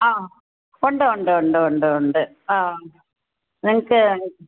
ആ ഉണ്ട് ഉണ്ട് ഉണ്ട് ഉണ്ട് ഉണ്ട് ആ നേരത്തെ